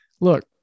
look